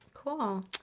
cool